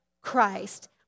Christ